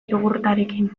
jogurtarekin